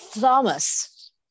Thomas